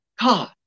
God